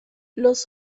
los